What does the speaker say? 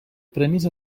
premis